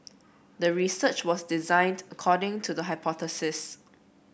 the research was designed according to the hypothesis